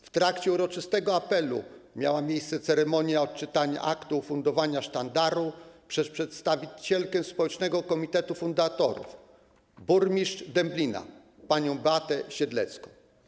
W trakcie uroczystego apelu miała miejsce ceremonia odczytania aktu ufundowania sztandaru przez przedstawicielkę społecznego komitetu fundatorów, burmistrz Dęblina panią Beatę Siedlecką.